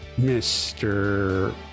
Mr